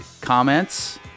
comments